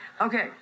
Okay